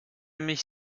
mich